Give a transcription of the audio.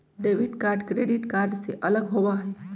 debit card credit card से अलग होबा हई